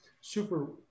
super